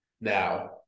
Now